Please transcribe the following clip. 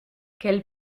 quel